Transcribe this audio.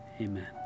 Amen